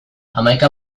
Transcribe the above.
hamaika